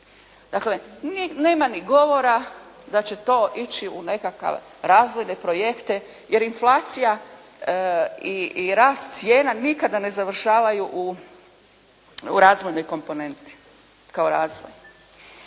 Dakle nema ni govora da će to ići u nekakav razvojne projekte jer inflacija i rast cijena nikada ne završavaju u razvojnoj komponenti kao razvoj.